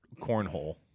cornhole